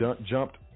jumped